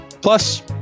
Plus